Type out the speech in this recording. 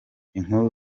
inkuru